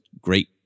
great